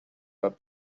but